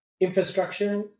infrastructure